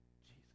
Jesus